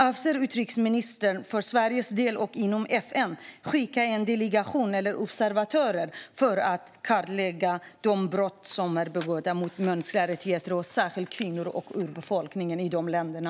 Avser utrikesministern för Sveriges del och inom FN att skicka en delegation eller observatörer för att kartlägga de brott som är begångna mot mänskliga rättigheter, särskilt mot kvinnor och urbefolkningen i de länderna?